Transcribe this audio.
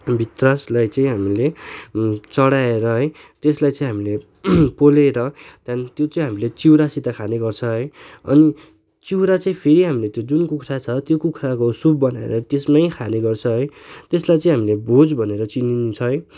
भित्रासलाई चाहिँ हामीले चढाएर है त्यसलाई चाहिँ हामीले पोलेर त्यहाँदेखि त्यो चाहिँ हामीले चिउरासित खाने गर्छ है अनि चिउरा चाहिँ फेरि हामीले त्यो जुन कुखुरा छ त्यो कुखुराको सुप बनाएर त्यसमै खाने गर्छ है त्यसलाई चाहिँ हामीले भोज भनेर चिनिन्छ है